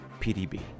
PDB